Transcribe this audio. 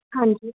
ਹਾਂਜੀ